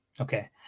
okay